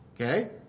Okay